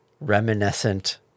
reminiscent